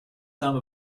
some